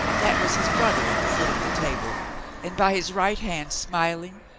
that was his brother at the foot of the table and by his right hand, smiling,